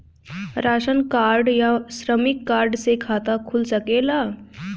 Ration card या श्रमिक card से खाता खुल सकेला का?